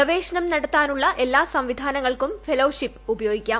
ഗ്വേഷണം നടത്താനുള്ള എല്ലാ സംവിധാനങ്ങൾക്കും ഫെല്ല്യാഷിപ്പ് ഉപയോഗിക്കാം